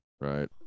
Right